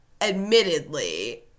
admittedly